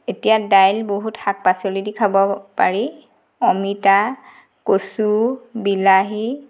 এতিয়া দাইল বহুত শাক পাচলি দি খাব পাৰি অমিতা কচু বিলাহী